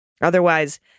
Otherwise